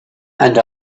and